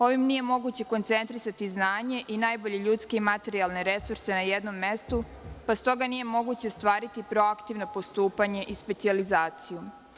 Ovim nije moguće koncentrisati znanje i najbolje ljudske i materijalne resurse na jednom mestu, pa stoga nije moguće ostvariti proaktivno postupanje i specijalizaciju.